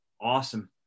Awesome